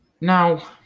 Now